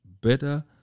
better